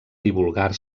divulgar